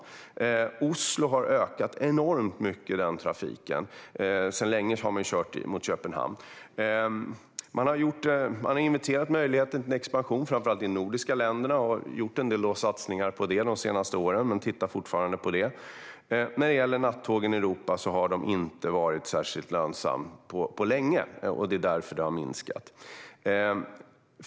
Trafiken till Oslo har ökat enormt, och sedan länge kör man till Köpenhamn. Man har inventerat möjligheten till expansion, framför allt i de nordiska länderna, och gjort en del satsningar på det de senaste åren och fortsätter att titta på det. Nattågen till Europa har inte varit särskilt lönsamma på länge, och därför har de minskat.